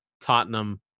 Tottenham